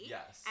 Yes